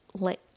let